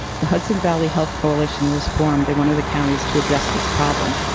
the hudson valley health coalition was formed in one of the counties to address this problem.